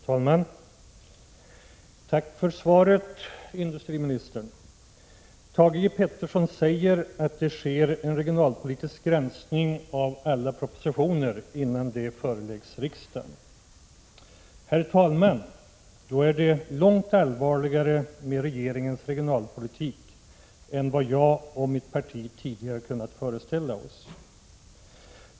Herr talman! Tack för svaret, industriministern. Thage G. Peterson säger att det sker en regionalpolitisk granskning av alla propositioner innan de föreläggs riksdagen. Herr talman! Då är det långt allvarligare med regeringens regionalpolitik än vad jag och mitt parti tidigare har kunnat föreställa oss.